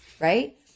Right